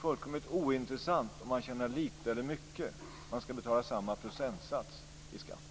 fullkomligt ointressant om man tjänar lite eller mycket - man ska betala samma procentsats i skatt.